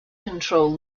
control